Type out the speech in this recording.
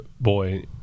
boy